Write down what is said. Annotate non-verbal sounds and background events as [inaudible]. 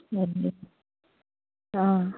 [unintelligible] अँ